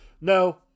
No